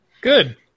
Good